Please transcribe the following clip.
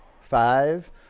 Five